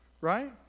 right